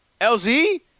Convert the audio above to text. LZ